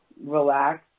relax